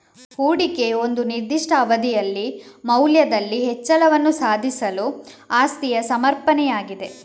ಹೂಡಿಕೆಯು ಒಂದು ನಿರ್ದಿಷ್ಟ ಅವಧಿಯಲ್ಲಿ ಮೌಲ್ಯದಲ್ಲಿ ಹೆಚ್ಚಳವನ್ನು ಸಾಧಿಸಲು ಆಸ್ತಿಯ ಸಮರ್ಪಣೆಯಾಗಿದೆ